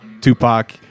tupac